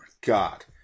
God